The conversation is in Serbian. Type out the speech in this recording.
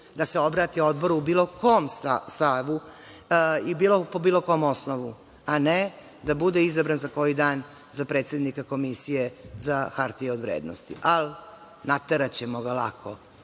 da se obrati Odboru u bilo kom stavu i po bilo kom osnovu, a ne bude izabran za koji dan za predsednika Komisije za hartije od vrednosti. Ali, nateraćemo ga lako,